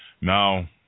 Now